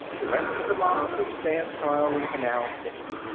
the rest of the mob would stand trial in canal city.